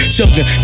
Children